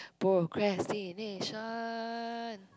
procrastination